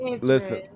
listen